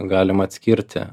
galima atskirti